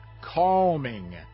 Calming